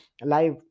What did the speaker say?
live